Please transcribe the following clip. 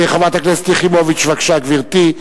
חברת הכנסת יחימוביץ, בבקשה, גברתי.